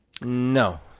No